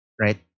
right